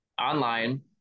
online